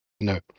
no